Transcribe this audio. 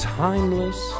timeless